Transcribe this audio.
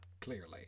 clearly